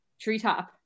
treetop